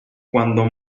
cuando